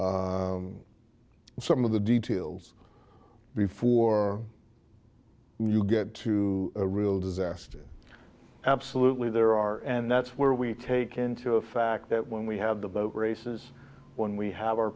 some of the details before you get to a real disaster absolutely there are and that's where we take into a fact that when we have the boat races when we have our